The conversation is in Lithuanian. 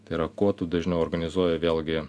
tai yra kuo dažniau organizuoji vėlgi